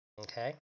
Okay